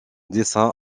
dessin